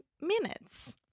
Minutes